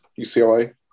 UCLA